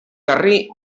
garrí